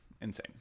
insane